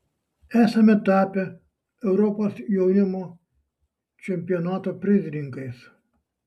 esame tapę europos jaunimo čempionato prizininkais